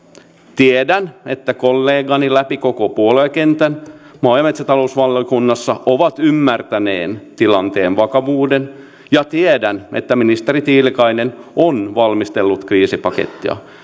tiedän että kollegani läpi koko puoluekentän maa ja metsätalousvaliokunnassa ovat ymmärtäneet tilanteen vakavuuden ja tiedän että ministeri tiilikainen on valmistellut kriisipakettia